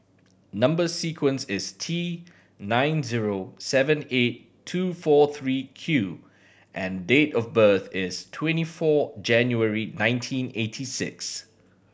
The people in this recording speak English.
number sequence is T nine zero seven eight two four three Q and date of birth is twenty four January nineteen eighty six